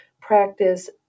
practice